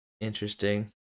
interesting